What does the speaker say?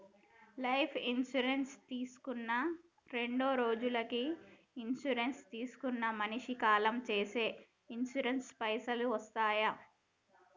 Life insurance తీసుకున్న రెండ్రోజులకి insurance తీసుకున్న మనిషి కాలం చేస్తే ఇన్సూరెన్స్ పైసల్ వస్తయా?